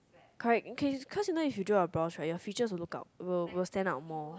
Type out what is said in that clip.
correct cause cause you know if you draw a brows right your feature will look out will will stand up more